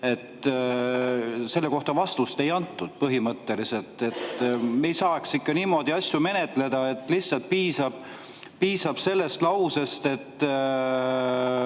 ju. Selle kohta vastust ei antud põhimõtteliselt. Me ei saa ikka niimoodi asju menetleda, et lihtsalt piisab sellest lausest, et